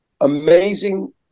amazing